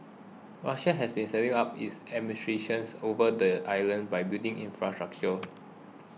Russia has been stepping up its administrations over the island by building infrastructure